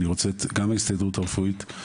אני רוצה גם את ההסתדרות הרפואית,